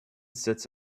sits